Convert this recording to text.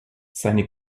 seine